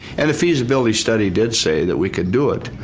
and the feasibility study did say that we could do it,